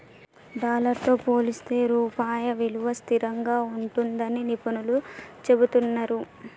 dollar తో పోలిస్తే రూపాయి విలువ స్థిరంగా ఉంటుందని నిపుణులు చెబుతున్నరు